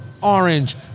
orange